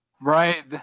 Right